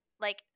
like-